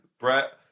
Brett